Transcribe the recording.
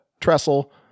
trestle